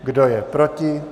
Kdo je proti?